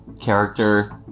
character